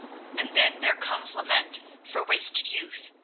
and then there comes lament for wasted youth,